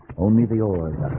only the oars